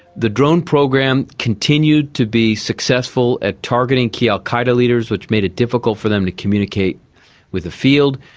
the drone program continued to be successful at targeting key al qaeda leaders, which made it difficult for them to communicate with the field.